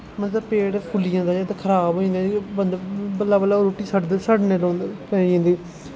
मतलब पेट फुल्ली जंदा ते खराब होई जंदा मतलब बल्लें बल्लें रुट्टी सड़ना लगी पेई जंदी